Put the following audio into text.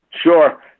Sure